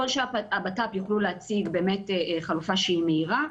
ככל שהבט"פ יוכלו להציג חלופה שהיא מהירה,